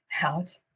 Out